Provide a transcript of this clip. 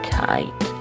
tight